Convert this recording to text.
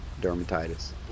dermatitis